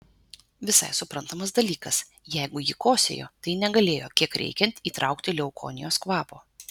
visai suprantamas dalykas jeigu ji kosėjo tai negalėjo kiek reikiant įtraukti leukonijos kvapo